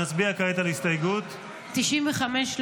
50 בעד,